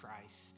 Christ